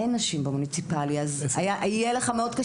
אין נשים במוניציפלי אז יהיה לך קשה מאוד לנשים,